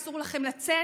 אסור לכם לצאת,